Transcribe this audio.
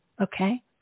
Okay